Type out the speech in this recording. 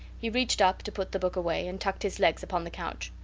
he reached up to put the book away, and tucked his legs upon the couch.